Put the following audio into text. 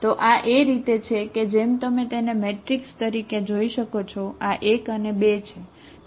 તો આ એ રીતે છે કે જેમ તમે તેને મેટ્રિક્સ તરીકે જોઈ શકો છો આ 1 અને 2 છે